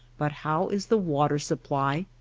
but how is the water supply,